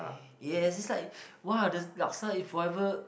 yes is like !wow! the laksa is forever